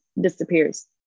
disappears